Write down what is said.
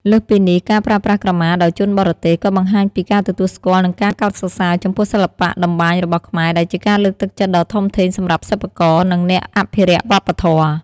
លើសពីនេះ ការប្រើប្រាស់ក្រមាដោយជនបរទេស ក៏បង្ហាញពី ការទទួលស្គាល់ និងការកោតសរសើរ ចំពោះសិល្បៈតម្បាញរបស់ខ្មែរ ដែលជាការលើកទឹកចិត្តដ៏ធំធេងសម្រាប់សិប្បករ និងអ្នកអភិរក្សវប្បធម៌។